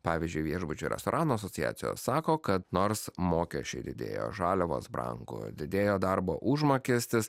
pavyzdžiui viešbučio restoranų asociacijos sako kad nors mokesčiai didėjo žaliavos brango didėjo darbo užmokestis